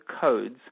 codes